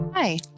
Hi